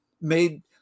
made